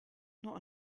not